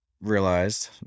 realized